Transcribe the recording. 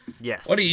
Yes